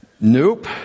Nope